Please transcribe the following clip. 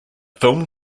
film